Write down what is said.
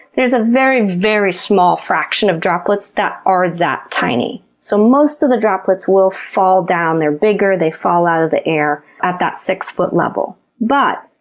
there's a very, very small fraction of droplets that are that tiny, so most of the droplets will fall down. they're bigger, they fall the air at that six foot level. but,